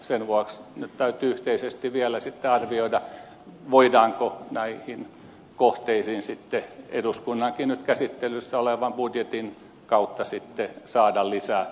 sen vuoksi nyt täytyy yhteisesti vielä arvioida voidaanko näihin kohteisiin sitten eduskunnankin nyt käsittelyssä olevan budjetin kautta saada lisävoimavaroja